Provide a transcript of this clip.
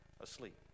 asleep